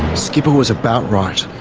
skipper was about right.